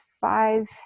five